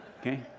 Okay